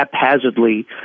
haphazardly